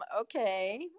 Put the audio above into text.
okay